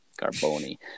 Carboni